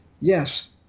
yes